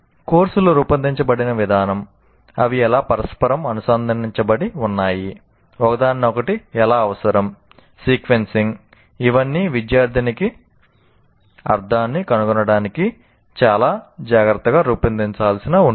కోర్సులు రూపొందించబడిన విధానం అవి ఎలా పరస్పరం అనుసంధానించబడి ఉన్నాయి ఒకదానికొకటి ఎలా అవసరం సీక్వెన్సింగ్ ఇవన్నీ విద్యార్థికి అర్థాన్ని కనుగొనడానికి చాలా జాగ్రత్తగా రూపొందించాల్సి ఉంటుంది